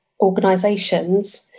organisations